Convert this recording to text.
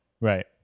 Right